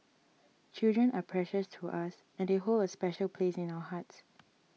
children are precious to us and they hold a special place in our hearts